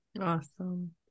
Awesome